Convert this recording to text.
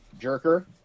jerker